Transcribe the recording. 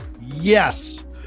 yes